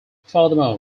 furthermore